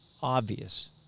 obvious